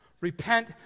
Repent